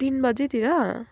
तिन बजीतिर